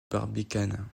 barbicane